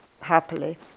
happily